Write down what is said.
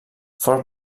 fort